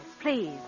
please